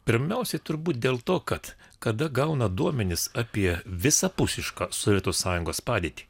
pirmiausia turbūt dėl to kad kada gauna duomenis apie visapusišką sovietų sąjungos padėtį